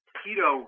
keto